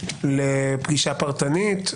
חובה לפגישה פרטנית.